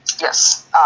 Yes